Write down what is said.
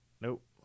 nope